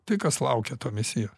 tai kas laukia to misijo